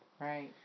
Right